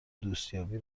دوستیابی